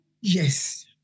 Yes